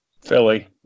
Philly